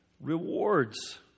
Rewards